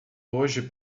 hoje